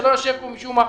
שלא יושב פה משום מה,